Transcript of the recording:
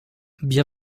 bien